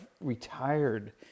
retired